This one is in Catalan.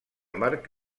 marc